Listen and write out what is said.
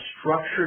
structured